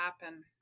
happen